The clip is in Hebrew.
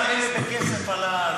גם לאלה בכסף עלה.